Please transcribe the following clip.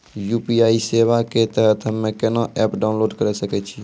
UPI सेवा के तहत हम्मे केना एप्प डाउनलोड करे सकय छियै?